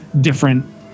different